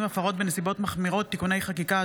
הפרות בנסיבות מחמירות (תיקוני חקיקה),